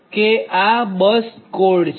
તોઆ બસ કોડ છે